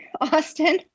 austin